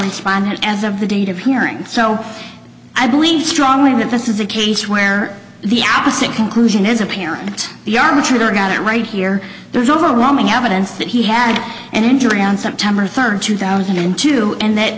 responding as of the date of hearing so i believe strongly that this is a case where the opposite conclusion is apparent the arbitrator got it right here there's overwhelming evidence that he had an injury on september third two thousand and two and that